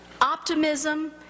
optimism